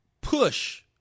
push